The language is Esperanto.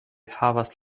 havas